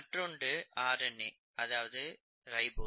மற்றொன்று ஆர்என்ஏ அதாவது ரைபோஸ்